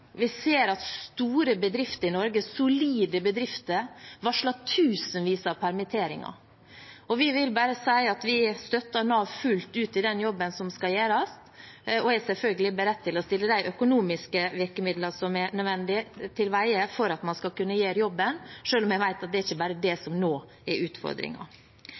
Vi ser at store bedrifter i Norge, solide bedrifter, varsler tusenvis av permitteringer. Vi vil bare si at vi støtter Nav fullt ut i den jobben som skal gjøres, og er selvfølgelig beredt til å skaffe til veie de økonomiske virkemidlene som er nødvendige for at man skal kunne gjøre jobben, selv om jeg vet at det ikke bare er det som nå er